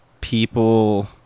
people